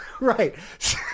Right